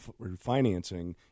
refinancing